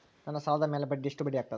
ನನ್ನ ಸಾಲದ್ ಮ್ಯಾಲೆ ಎಷ್ಟ ಬಡ್ಡಿ ಆಗ್ತದ?